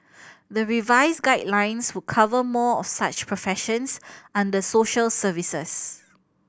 the revised guidelines would cover more of such professions under social services